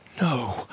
No